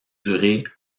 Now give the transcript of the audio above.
durée